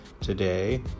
today